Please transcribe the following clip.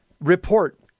report